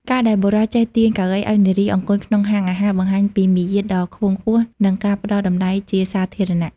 ការដែលបុរសចេះទាញកៅអីឱ្យនារីអង្គុយក្នុងហាងអាហារ បង្ហាញពីមារយាទដ៏ខ្ពង់ខ្ពស់ និងការផ្ដល់តម្លៃជាសាធារណៈ។